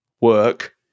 work